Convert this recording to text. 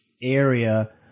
area